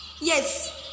Yes